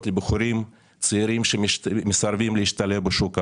לבוחרים צעירים שמסרבים להשתלב בשוק העבודה.